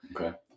okay